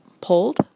pulled